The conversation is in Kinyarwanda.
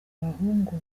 abahungu